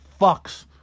fucks